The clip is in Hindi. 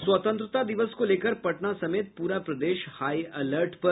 और स्वतंत्रता दिवस को लेकर पटना समेत पूरा प्रदेश हाई अलर्ट पर